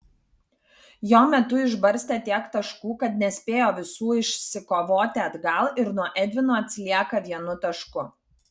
jo metu išbarstė tiek taškų kad nespėjo visų išsikovoti atgal ir nuo edvino atsilieka vienu tašku